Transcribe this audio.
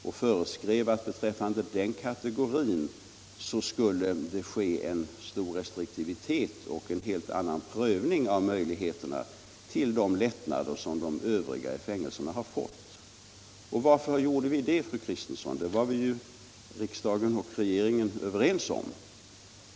Vi föreskrev att det beträffande den kategorin skulle ske en stor restriktivitet och en helt annan prövning av möjligheterna till de lättnader som de övriga i fängelserna har fått. Varför gjorde vi det, fru Kristensson? Detta var ju riksdagen och regeringen överens om.